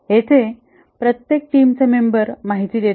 येथे प्रत्येक टीमचा मेंबर माहिती देतो